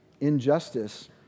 injustice